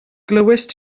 glywaist